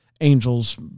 angels